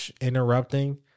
interrupting